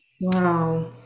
Wow